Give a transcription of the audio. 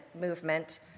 movement